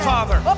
Father